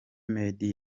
meddie